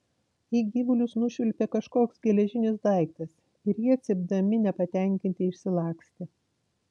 į gyvulius nušvilpė kažkoks geležinis daiktas ir jie cypdami nepatenkinti išsilakstė